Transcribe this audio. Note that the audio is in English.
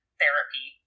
therapy